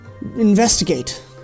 investigate